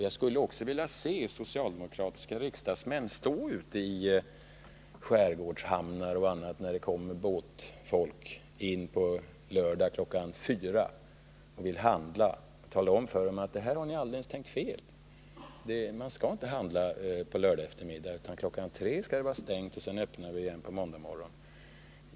Jag skulle också vilja se socialdemokratiska riksdagsmän stå ute i skärgårdshamnar osv., när det kommer båtfolk in på lördag kl. 4 som vill handla, och tala om för dessa människor att här har ni tänkt alldeles fel — man skall inte handla på lördagseftermiddagen. KI. 3 skall det vara stängt, och så öppnas det igen på måndagsmorgonen.